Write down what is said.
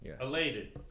Elated